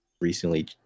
recently